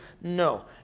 No